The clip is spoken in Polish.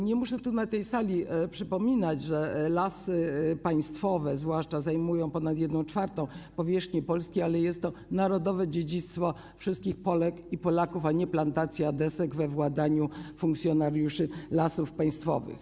Nie muszę tu na tej sali przypominać, że Lasy Państwowe, zwłaszcza że zajmują ponad 1/4 powierzchni Polski, to narodowe dziedzictwo wszystkich Polek i Polaków, a nie plantacja desek we władaniu funkcjonariuszy Lasów Państwowych.